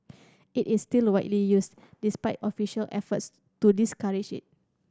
it is still widely used despite official efforts to discourage it